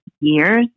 years